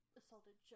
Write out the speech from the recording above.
assaulted